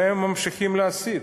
והם ממשיכים להסית.